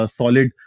solid